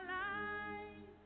life